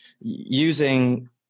using